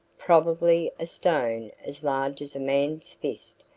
probably a stone as large as a man's fist,